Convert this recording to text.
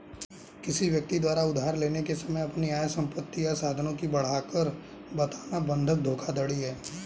किसी व्यक्ति द्वारा उधार लेने के समय अपनी आय, संपत्ति या साधनों की बढ़ाकर बताना बंधक धोखाधड़ी है